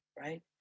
right